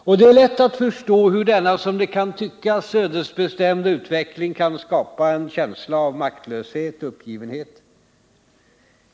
Och det är lätt att förstå hur denna, som det kan tyckas, ödesbestämda utveckling kan skapa en känsla av maktlöshet och uppgivenhet.